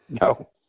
no